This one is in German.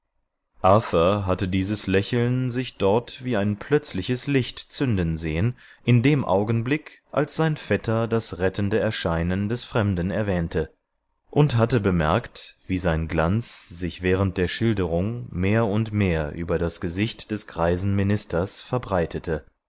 hatte dies lächeln sich dort wie ein plötzliches licht zünden sehen in dem augenblick als sein vetter das rettende erscheinen des fremden erwähnte und hatte bemerkt wie sein glanz sich während der schilderung mehr und mehr über das gesicht des greisen ministers verbreitete